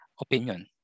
opinion